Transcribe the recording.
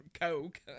coke